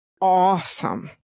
awesome